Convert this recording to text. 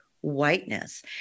whiteness